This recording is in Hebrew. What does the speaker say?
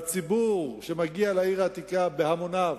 והציבור שמגיע לעיר העתיקה בהמוניו,